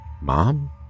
Mom